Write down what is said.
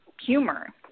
humor